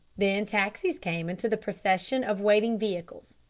then taxis came into the procession of waiting vehicles,